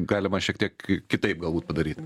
galima šiek tiek kitaip galbūt padaryt